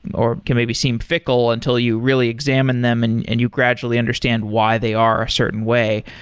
or can maybe seem fickle until you really examine them and and you gradually understand why they are a certain way.